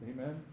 Amen